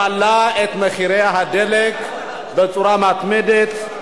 מעלה את מחירי הדלק בצורה מתמדת,